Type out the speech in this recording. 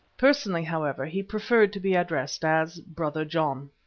personally, however, he preferred to be addressed as brother john.